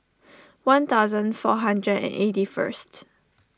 one thousand four hundred and eighty first